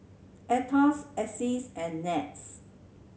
Aetos AXS and NETS